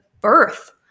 birth